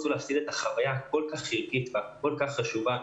להפסיד את החוויה הערכית והחשובה הזאת.